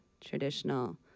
traditional